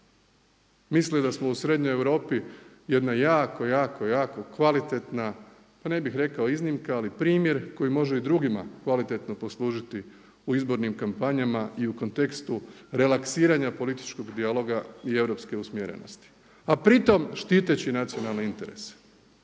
misle da smo u srednjoj Europi jedna jako, jako, jako kvalitetna, pa ne bih rekao iznimka ali primjer koji može i drugima kvalitetno poslužiti u izbornim kampanjama i u kontekstu relaksiranja političkog dijaloga i europske usmjerenosti a pri tome štiteći nacionalne interese.